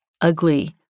ugly